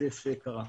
כתף קרה.